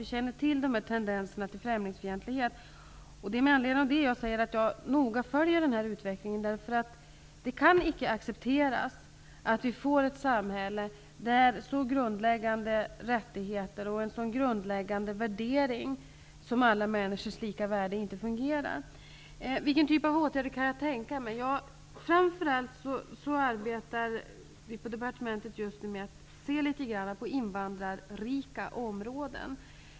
Vi känner till dessa tendenser till främlingsfientlighet. Det är med anledning härav som jag säger att jag noga följer utvecklingen. Det kan inte accepteras att vi får ett samhälle, där en så grundläggande rättighet och värdering som andra människors lika värde inte fungerar. Vilken typ av åtgärder kan jag då tänka mig? Framför allt arbetar vi på departementet just nu med att studera invandrarrika områden.